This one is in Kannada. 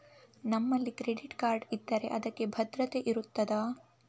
ನಮ್ಮಲ್ಲಿ ಕ್ರೆಡಿಟ್ ಕಾರ್ಡ್ ಇದ್ದರೆ ಅದಕ್ಕೆ ಭದ್ರತೆ ಇರುತ್ತದಾ?